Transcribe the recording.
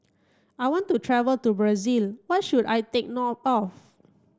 I want to travel to Brazil what should I take note of